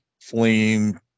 flame